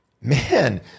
man